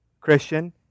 Christian